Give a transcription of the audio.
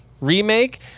Remake